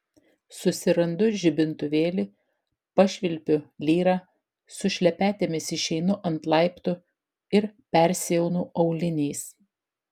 susirandu žibintuvėlį pašvilpiu lyrą su šlepetėmis išeinu ant laiptų ir persiaunu auliniais